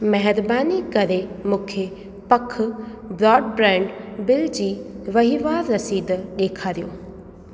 महिरबानी करे मूंखे पखि ब्रॉडबैंड बिल जी वहिंवार रसीद ॾेखारियो